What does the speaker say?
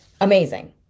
amazing